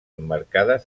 emmarcades